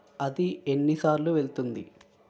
అది ఎన్ని సార్లు వెళ్తుంది